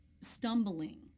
stumbling